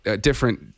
different